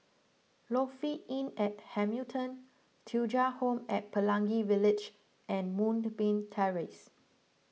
Lofi Inn at Hamilton Thuja Home at Pelangi Village and Moonbeam Terrace